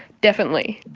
definitely,